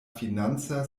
financa